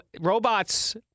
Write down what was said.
robots